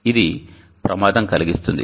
ఇది ప్రమాదం కలిగిస్తుంది